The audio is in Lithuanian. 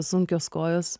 sunkios kojos